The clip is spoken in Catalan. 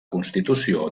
constitució